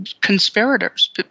conspirators